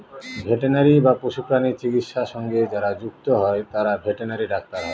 veterinary বা পশুপ্রাণী চিকিৎসা সঙ্গে যারা যুক্ত হয় তারা ভেটেনারি ডাক্তার হয়